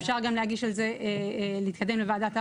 אפשר גם להתקדם לוועדת ערר,